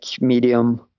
medium